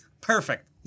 perfect